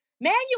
manual